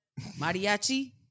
Mariachi